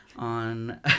on